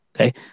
Okay